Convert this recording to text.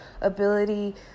ability